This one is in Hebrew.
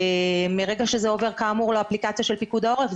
מרגע שזה עובר כאמור לאפליקציה של פיקוד העורף,